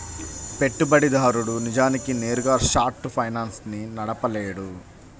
పెట్టుబడిదారుడు నిజానికి నేరుగా షార్ట్ ఫైనాన్స్ ని నడపలేడు